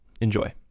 Enjoy